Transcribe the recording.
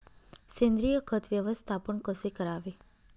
सेंद्रिय खत व्यवस्थापन कसे करावे?